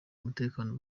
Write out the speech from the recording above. umutekano